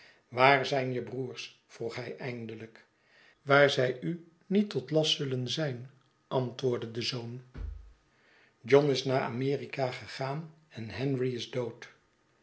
waar zijn je broers vroeg hij eindelijk waar zij u niet tot last zullen zijn antwoordde de zoon john is naar amerika gegaan en henry is dood